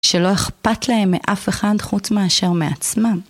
שלא אכפת להם מאף אחד חוץ מאשר מעצמם.